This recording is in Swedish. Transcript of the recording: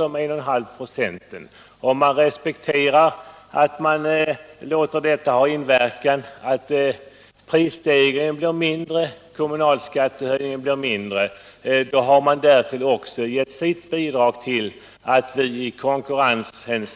Om de används för att göra det möjligt att hålla priserna och kommunalskatterna nere, har man bidragit till att vi kan stå oss bättre i konkurrensen